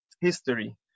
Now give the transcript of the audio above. history